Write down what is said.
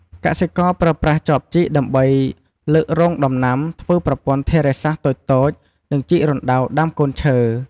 កសិករប្រើប្រាស់ចបជីកដើម្បីលើករងដំណាំ ធ្វើប្រព័ន្ធធារាសាស្រ្តតូចៗ និងជីករណ្តៅដាំកូនឈើ។